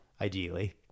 ideally